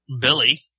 Billy